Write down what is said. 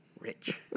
Rich